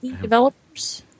Developers